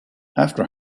after